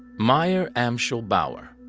mayer amschel bauer,